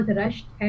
rushed